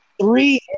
three